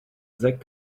zach